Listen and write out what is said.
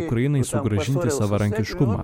ukrainai sugrąžinti savarankiškumą